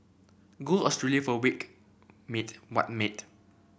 go Australia for a week mate what mate